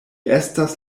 estas